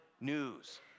news